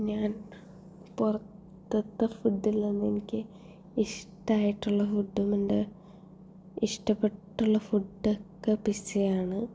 ഞാൻ പുറത്തേത്തെ ഫുഡിൽ നിന്നും എനിക്ക് ഇഷ്ടമായിട്ടുള്ള ഫുഡുമുണ്ട് ഇഷ്ടപ്പെട്ടുള്ള ഫുഡൊക്കെ പിസ്സയാണ്